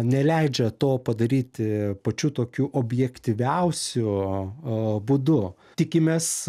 neleidžia to padaryti pačiu tokiu objektyviausiu būdu tikimės